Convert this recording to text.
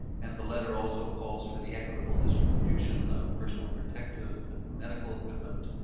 and the letter also calls for the equitable distribution of personal protective and medical equipment.